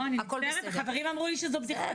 לא, אני מצטערת, החברים אמרו לי שזו בדיחה.